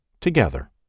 together